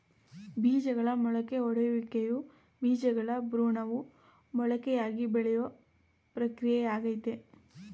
ಬೀಜಗಳ ಮೊಳಕೆಯೊಡೆಯುವಿಕೆಯು ಬೀಜಗಳ ಭ್ರೂಣವು ಮೊಳಕೆಯಾಗಿ ಬೆಳೆಯೋ ಪ್ರಕ್ರಿಯೆಯಾಗಯ್ತೆ